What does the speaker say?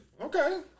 Okay